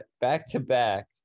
back-to-back